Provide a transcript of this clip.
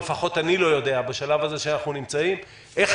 או לפחות אני לא יודע בשלב הזה שאנחנו נמצאים איך